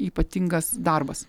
ypatingas darbas